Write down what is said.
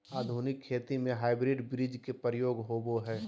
आधुनिक खेती में हाइब्रिड बीज के प्रयोग होबो हइ